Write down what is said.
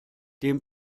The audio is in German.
dem